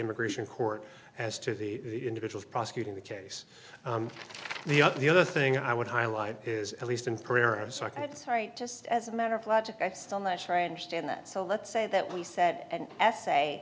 immigration court as to the individual prosecuting the case the other the other thing i would highlight is at least in prayer and nd it's right just as a matter of logic still not sure i understand that so let's say that we set an essay